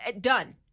Done